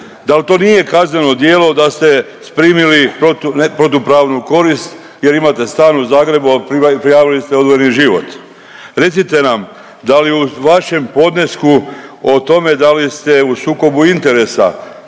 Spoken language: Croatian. Dal to nije kazneno djelo da ste primili protu…, ne protupravnu korist jer imate stan u Zagrebu, a prijavili ste odvojeni život? Recite nam da li u vašem podnesku o tome da li ste u sukobu interesa